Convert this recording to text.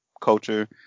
culture